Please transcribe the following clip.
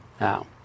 Now